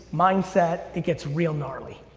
mindset, it gets real gnarly.